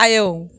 आयौ